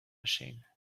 machine